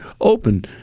Open